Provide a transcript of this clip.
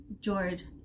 George